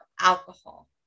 alcohol